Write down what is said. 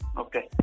Okay